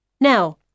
Now